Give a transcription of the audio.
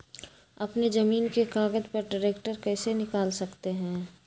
अपने जमीन के कागज पर ट्रैक्टर कैसे निकाल सकते है?